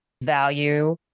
value